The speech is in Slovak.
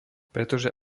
pretože